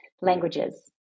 languages